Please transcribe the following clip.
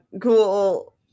cool